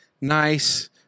nice